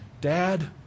Dad